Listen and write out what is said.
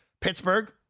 Pittsburgh